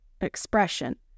expression